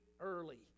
early